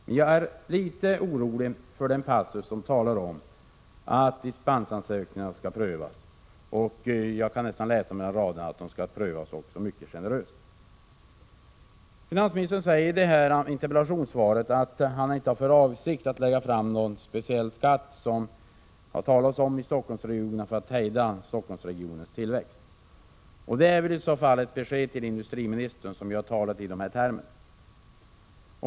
Men jag är litet orolig med anledning av den passus där det står att dispensansökningarna skall prövas — jag kan nästan läsa mellan raderna att det betyder att de skall prövas mycket generöst. Finansministern säger i interpellationssvaret att han inte har för avsikt att lägga fram förslag om någon speciell skatt, som det har talats om, i Stockholmsregionen för att hejda Stockholmsregionens tillväxt. Det är väl i så fall ett besked till industriministern, som har talat i de termerna.